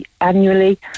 annually